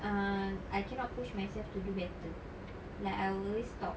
uh I cannot push myself to do better like I will always stop